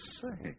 say